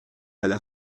alla